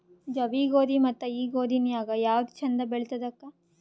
ಜವಿ ಗೋಧಿ ಮತ್ತ ಈ ಗೋಧಿ ನ್ಯಾಗ ಯಾವ್ದು ಛಂದ ಬೆಳಿತದ ಅಕ್ಕಾ?